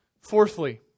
Fourthly